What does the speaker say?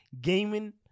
gaming